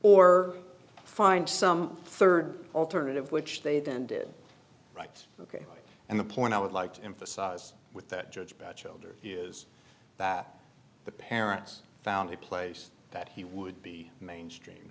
or find some third alternative which they then did right ok and the point i would like to emphasize with that judge about children is that the parents found a place that he would be mainstream